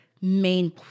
main